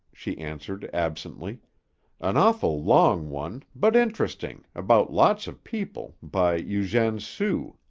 she answered absently an awful long one, but interesting, about lots of people, by eugene sue.